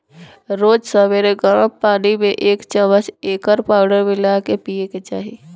रोज सबेरे गरम पानी में एक चमच एकर पाउडर मिला के पिए के चाही